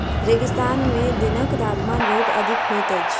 रेगिस्तान में दिनक तापमान बहुत अधिक होइत अछि